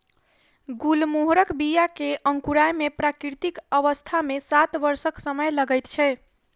गुलमोहरक बीया के अंकुराय मे प्राकृतिक अवस्था मे सात वर्षक समय लगैत छै